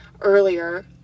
earlier